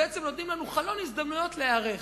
בעצם נותנים לנו חלון הזדמנויות להיערך.